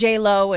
J-Lo